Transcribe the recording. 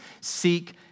seek